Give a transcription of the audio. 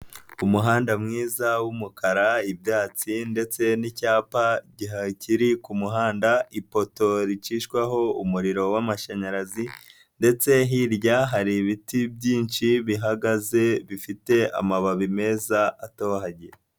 Umuhanda mwiza w'umukara ibyatsi ndetse n'icyapa kiri ku kumuhanda ipoto ricishwaho umuriro w'amashanyarazi, ndetse hirya hari ibiti byinshi bihagaze bifite amababi meza atohagiye.